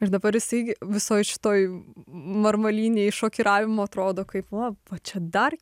ir dabar jisai visoj šitoj marmalynėj šokiravimo atrodo kaip o o čia dar